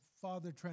father